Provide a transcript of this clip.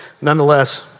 nonetheless